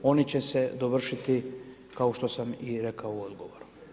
Oni će se dovršiti, kao što sam i rekao u odgovoru.